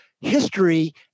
history